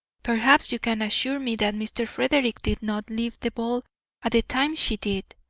perhaps you can assure me that mr. frederick did not leave the ball at the time she did.